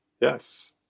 Yes